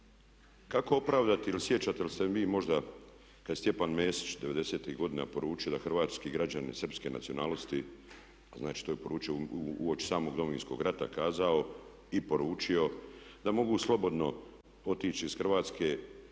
Kako opravdati, jel sjećate li se vi možda kad je Stjepan Mesić 90-tih godina poručio da hrvatski građani srpske nacionalnosti, znači to je poručio uoči samog Domovinskog rata kazao i poručio da mogu slobodno otići iz Hrvatske uz